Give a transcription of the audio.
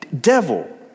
devil